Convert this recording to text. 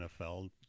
NFL